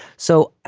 so,